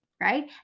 Right